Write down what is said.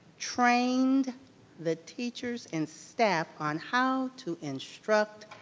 trained the teachers and staff on how to instruct